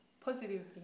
positive